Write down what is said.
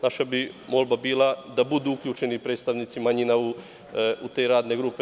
Naša molba bi bila da budu uključeni predstavnici manjina u te radne grupe.